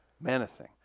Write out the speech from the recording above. Menacing